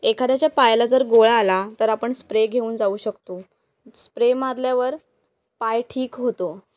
एखाद्याच्या पायाला जर गोळा आला तर आपण स्प्रे घेऊन जाऊ शकतो स्प्रे मारल्यावर पाय ठीक होतो